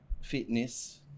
fitness